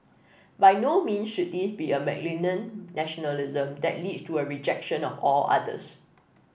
by no mean should this be a malignant nationalism that leads to a rejection of all others